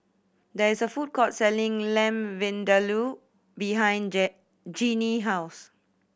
there is a food court selling Lamb Vindaloo behind J Jeanine house